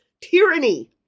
Tyranny